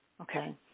Okay